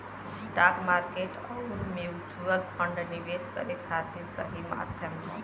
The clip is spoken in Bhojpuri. स्टॉक मार्केट आउर म्यूच्यूअल फण्ड निवेश करे खातिर सही माध्यम हौ